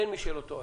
אין מי שלא טועה.